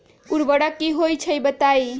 उर्वरक की होई छई बताई?